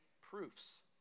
proofs